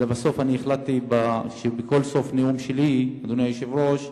לבסוף, החלטתי בסוף כל נאום שלי, אדוני היושב-ראש,